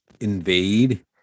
invade